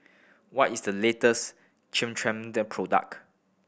what is the latest product